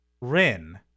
Rin